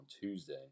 Tuesday